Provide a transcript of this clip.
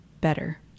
better